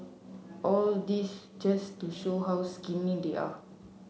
all this just to show how skinny they are